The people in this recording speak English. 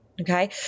Okay